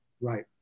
Right